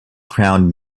crowned